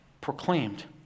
proclaimed